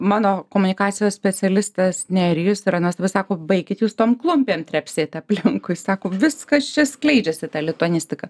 mano komunikacijos specialistas nerijus yra nuostabus sako baikit jūs tom klumpėm trepsėt aplinkui sako viskas čia skleidžiasi ta lituanistika